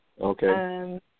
Okay